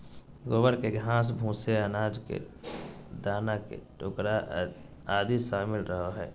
गोबर में घास, भूसे, अनाज के दाना के टुकड़ा आदि शामिल रहो हइ